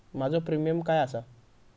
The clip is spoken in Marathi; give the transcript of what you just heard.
माझो प्रीमियम काय आसा?